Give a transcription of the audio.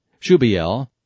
Shubiel